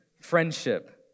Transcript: friendship